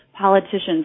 Politicians